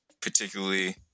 particularly